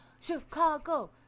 Chicago